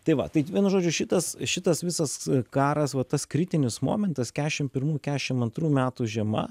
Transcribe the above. tai va tai vienu žodžiu šitas šitas visas karas va tas kritinis momentas kešim pirmų kešim antrų metų žiema